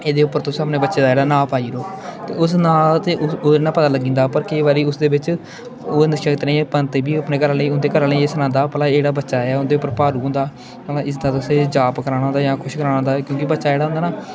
एहदे उप्पर तुस अपने बच्चे दा जेह्ड़ा नांऽ ऐ ओह् पाई ओड़ो ते उस नांऽ ते अस ओहदे कन्नै ओह् पता लग्गी जंदा पर केईं बारी उसदे बिच्च ओहदे नक्षत्रें गी पंत बी अपने ओह्दे घर आह्लें गी ओह्दे घर आह्लें गी एह् सनांदा भला एह् जेह्ड़ा बच्चा ऐ उं'दे पर भारू होंदा इसदा तुसें जाप कराना होंदा जां कुछ कराना होंदा क्योंकि बच्चा जेह्ड़ा होंदा ना